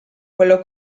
quello